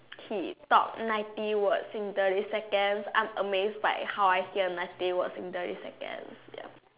he talk ninety words in thirty seconds I'm amazed by how I hear ninety words in thirty seconds ya